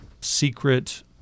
secret